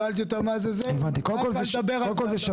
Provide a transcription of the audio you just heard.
כששאלתי מה זה אמרו לי: ״אל תדבר על זה״.